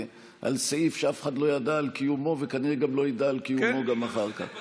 על סעיף שאף אחד לא ידע על קיומו וכנראה גם לא ידע על קיומו אחר כך.